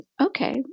okay